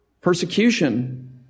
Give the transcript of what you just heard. persecution